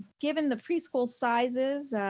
given the preschool sizes,